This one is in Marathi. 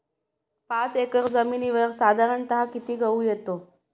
पाच एकर जमिनीवर साधारणत: किती गहू येतो?